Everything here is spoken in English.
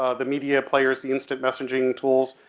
ah the media players, the instant messaging tools,